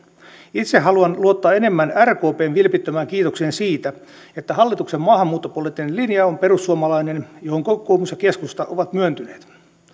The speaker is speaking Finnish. itse haluan luottaa enemmän rkpn vilpittömään kiitokseen siitä että hallituksen maahanmuuttopoliittinen linja on perussuomalainen ja että siihen kokoomus ja keskusta ovat myöntyneet